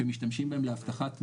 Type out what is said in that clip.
שמשתמשים בהם לאבטחת מידע,